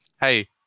Hey